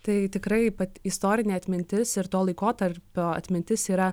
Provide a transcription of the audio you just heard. tai tikrai pati istorinė atmintis ir to laikotarpio atmintis yra